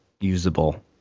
usable